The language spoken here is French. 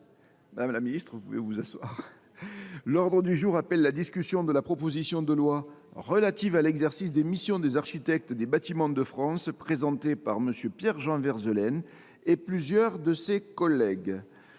La séance est reprise. L’ordre du jour appelle la discussion de la proposition de loi relative à l’exercice des missions des architectes des bâtiments de France, présentée par M. Pierre Jean Verzelen et plusieurs de ses collègues